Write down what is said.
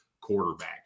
quarterback